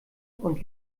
und